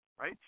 right